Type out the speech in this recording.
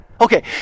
Okay